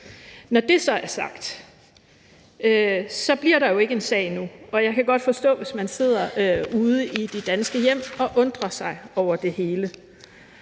Når det så er sagt, bliver der jo ikke en sag nu, og jeg kan godt forstå, hvis man sidder ude i de danske hjem og undrer sig over det hele.